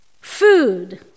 Food